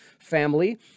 family